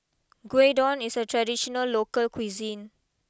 Gyudon is a traditional local cuisine